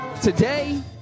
Today